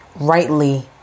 rightly